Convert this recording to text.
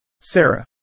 Sarah